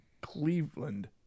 cleveland